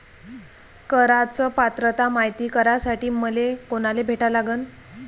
कराच पात्रता मायती करासाठी मले कोनाले भेटा लागन?